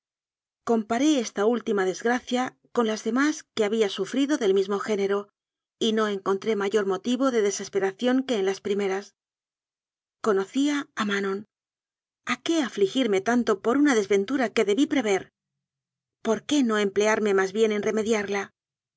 comparé esta última desgracia con las demás que había sufrido del mismo géne ro y no encontré mayor motivo de desesperación que en las primeras conocía a manon a qué afligirme tanto por una desventura que debí pre ver por qué no emplearme más bien en reme